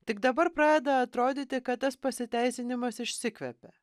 tik dabar pradeda atrodyti kad tas pasiteisinimas išsikvepia